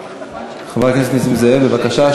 הכנסת נסים זאב, בבקשה.